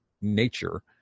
nature